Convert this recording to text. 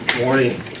Morning